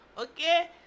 okay